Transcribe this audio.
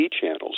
channels